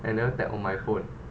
I never tap on my phone